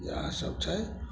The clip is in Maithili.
इएहसब छै